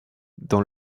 dans